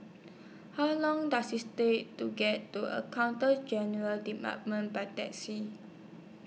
How Long Does IS Take to get to Accountant General's department By Taxi